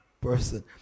person